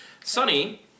Sunny